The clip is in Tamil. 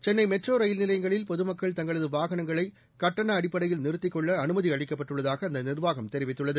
சென்னை மெட்ரோ ரயில் நிலையங்களில் பொதுமக்கள் தங்களது வாகனங்களை கட்டண அடிப்படையில் நிறுத்திக் கொள்ள அனுமதி அளிக்கப்பட்டுள்ளதாக அந்த நிர்வாகம் தெரிவித்துள்ளது